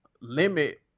limit